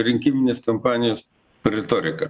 rinkiminės kampanijos retorika